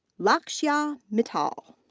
lakshya mittal.